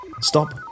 Stop